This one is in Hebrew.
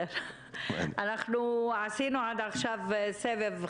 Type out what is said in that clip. עשינו עד עכשיו סבב.